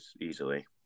easily